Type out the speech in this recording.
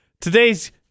Today's